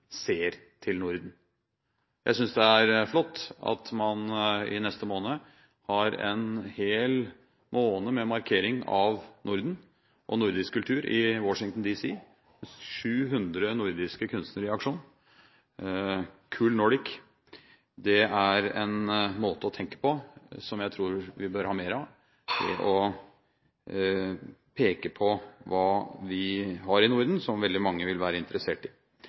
ser til Norden. Jeg synes det er flott at man i neste måned har en hel måned med markering av Norden og nordisk kultur i Washington D.C., med 700 nordiske kunstnere i aksjon i Nordic Cool. Det er en måte å tenke på som jeg tror vi bør ha mer av; å peke på hva vi har i Norden som veldig mange vil være interessert i.